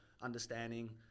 understanding